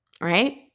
right